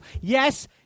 Yes